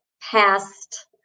past